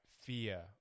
fear